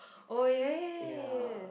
oh ya ya ya